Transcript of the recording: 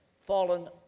fallen